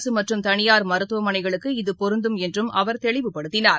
அரசுமற்றும் தனியார் மருத்துவமனைகளுக்கு இது பொருந்தும் என்றும் அவர் தெளிவுப்படுத்தினார்